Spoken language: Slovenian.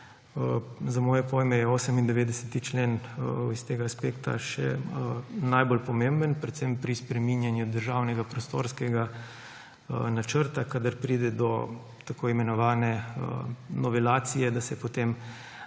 Za moje pojme je 98. člen s tega aspekta še najbolj pomemben, predvsem pri spreminjanju državnega prostorskega načrta, kadar pride do tako imenovane novelacije, da se potem